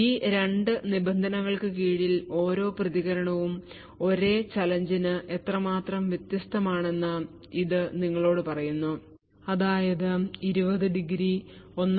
ഈ 2 നിബന്ധനകൾക്ക് കീഴിൽ ഓരോ പ്രതികരണവും ഒരേ ചാലഞ്ച് നു എത്രമാത്രം വ്യത്യസ്തമാണെന്ന് ഇത് നിങ്ങളോട് പറയുന്നുഅതായത് 20° 1